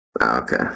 Okay